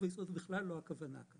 וזו בכלל לא הכוונה.